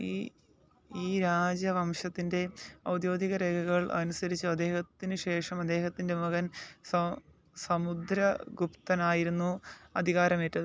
ഈ ഈ രാജവംശത്തിൻ്റെ ഔദ്യോഗിക രേഖകൾ അനുസരിച്ച് അദ്ദേഹത്തിന് ശേഷം അദ്ദേഹത്തിൻ്റെ മകൻ സമുദ്രഗുപ്തനായിരുന്നു അധികാരമേറ്റത്